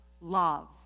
love